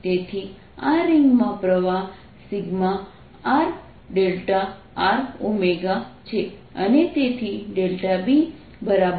તેથી આ રીંગમાં પ્રવાહ σrrω છે અને તેથી B 02 σ rr